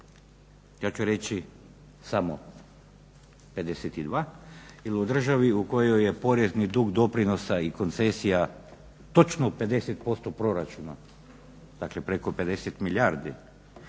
Ja ću reći samo 52. Jer u državi u kojoj je porezni dug doprinosa i koncesija točno u 50% proračuna, dakle preko 50 milijardi,